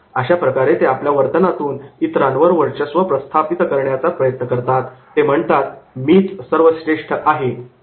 ' अशा प्रकारे ते आपल्या वर्तनातून इतरांवर वर्चस्व प्रस्थापित करण्याचा प्रयत्न करतात आणि ते म्हणतात 'मीच सर्वश्रेष्ठ आहे